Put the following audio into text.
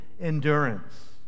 endurance